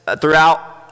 throughout